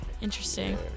interesting